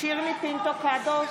שירלי פינטו קדוש,